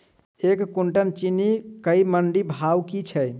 एक कुनटल चीनी केँ मंडी भाउ की छै?